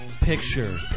picture